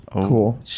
Cool